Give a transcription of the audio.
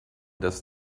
des